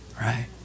Right